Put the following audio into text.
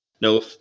No